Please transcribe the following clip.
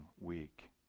week